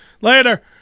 Later